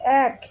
এক